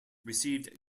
received